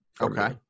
Okay